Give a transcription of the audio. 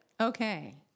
Okay